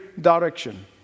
direction